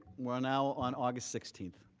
we are now on august sixteenth.